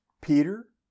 Peter